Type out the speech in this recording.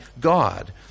God